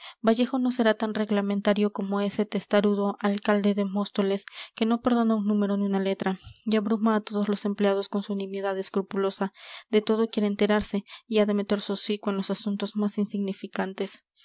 vallejo no será tan reglamentario como ese testarudoalcalde de móstoles que no perdona un número ni una letra y abruma a todos los empleados con su nimiedad escrupulosa de todo quiere enterarse y ha de meter su hocico en los asuntos más insignificantes